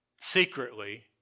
secretly